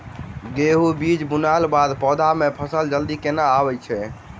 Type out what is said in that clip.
गेंहूँ बीज बुनला बाद पौधा मे फसल जल्दी केना आबि जाइत?